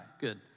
Good